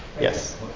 Yes